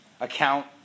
account